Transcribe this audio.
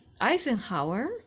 Eisenhower